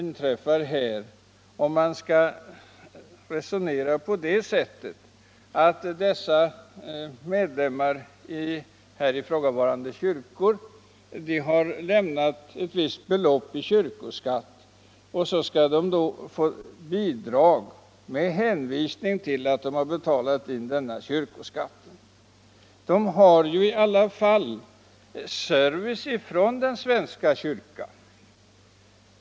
När man talar om att medlemmarna i här ifrågavarande kyrkor har lämnat ett visst belopp i kyrkoskatt och skall få bidrag med hänvisning till att de betalat in denna kyrkoskatt bör man komma ihåg att de också har service från svenska kyrkan.